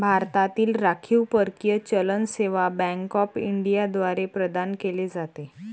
भारतातील राखीव परकीय चलन सेवा बँक ऑफ इंडिया द्वारे प्रदान केले जाते